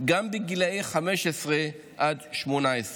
גם בגילי 15 עד 18,